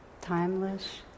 timeless